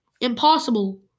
Impossible